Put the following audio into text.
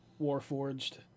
Warforged